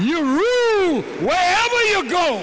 you go